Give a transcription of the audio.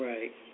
Right